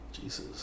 Jesus